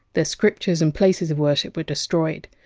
their scriptures and places of worship were destroyed,